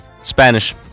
Spanish